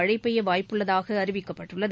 மழைபெய்யவாய்ப்பு உள்ளதாகஅறிவிக்கப்பட்டுள்ளது